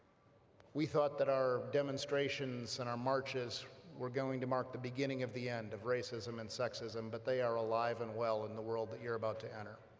we thought that our demonstrations and our marches were going to mark the beginning of the end of racism, and sexism but they are alive and well in the world that you're about to enter